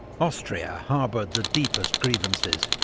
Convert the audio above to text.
austria harboured the deepest grievances,